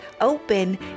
open